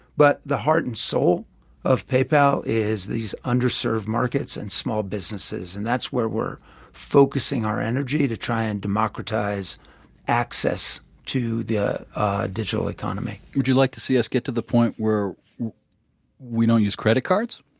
but the heart and soul of paypal is these underserved markets and small businesses, and that's where we're focusing our energy to try and democratize access to the digital economy would you like to see us get to the point where we don't use credit cards?